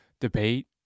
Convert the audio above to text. debate